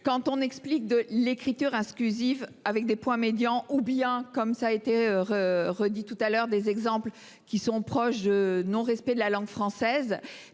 quand on explique, de l'écriture à ce Clusif avec des points médians ou bien, comme ça a été. Redit tout à l'heure des exemples qui sont proches, non respect de la langue française.